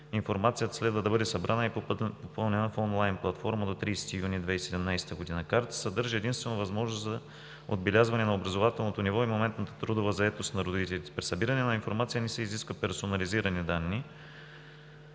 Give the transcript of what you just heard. Информацията следва да бъде събрана и попълнена в онлайн платформа до 30 юни 2017 г. Картата съдържа единствено възможност за отбелязване на образователното ниво и моментната трудова заетост на родителите. При събиране на информация не се изискват персонализирани данни